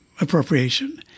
appropriation